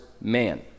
man